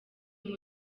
muri